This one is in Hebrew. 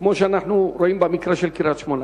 כמו שאנחנו רואים במקרה של קריית-שמונה,